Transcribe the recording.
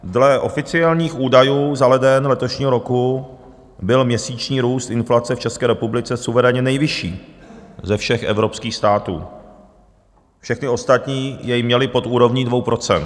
Dle oficiálních údajů za leden letošního roku byl měsíční růst inflace v České republice suverénně nejvyšší ze všech evropských států, všechny ostatní jej měly pod úrovní 2 %.